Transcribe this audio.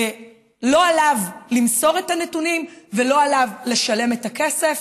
לא עליו למסור את הנתונים ולא עליו לשלם את הכסף,